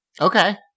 Okay